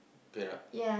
Perak